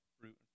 fruit